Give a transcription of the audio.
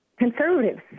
conservatives